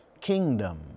kingdom